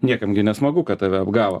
niekam nesmagu kad tave apgavo